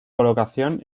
colocación